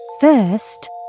First